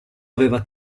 aveva